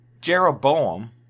Jeroboam